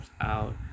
out